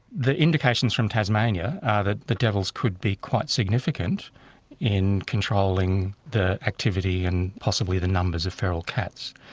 the indications from tasmania are that the devils could be quite significant in controlling the activity and possibly the numbers of feral cats.